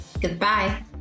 goodbye